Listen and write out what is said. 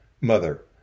mother